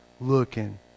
looking